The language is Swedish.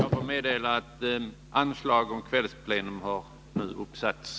Jag vill göra kammarens ledamöter uppmärksamma på att anslag om kvällsplenum nu har uppsatts.